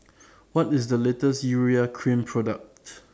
What IS The latest Urea Cream Product